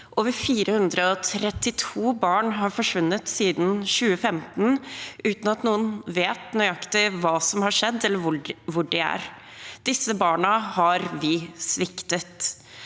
Over 432 barn har forsvunnet siden 2015, uten at noen vet nøyaktig hva som har skjedd, eller hvor de er. Disse barna har vi sviktet.